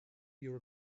your